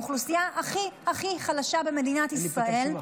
האוכלוסייה הכי הכי חלשה במדינת ישראל,